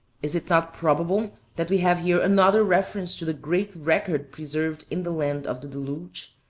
is it not probable that we have here another reference to the great record preserved in the land of the deluge?